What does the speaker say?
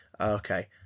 Okay